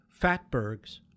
Fatbergs